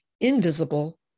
invisible